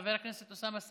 חבר הכנסת איימן עודה,